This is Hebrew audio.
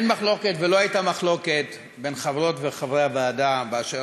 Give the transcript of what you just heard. מחלוקת בין חברות וחברי הוועדה באשר